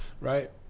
Right